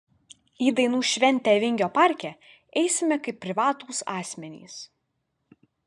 į dainų šventę vingio parke eisime kaip privatūs asmenys